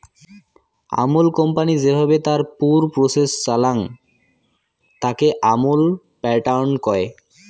Amul company যেভাবে তার পুর প্রসেস চালাং, তাকে আমুল প্যাটার্ন কয়